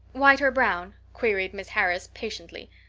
white or brown? queried miss harris patiently.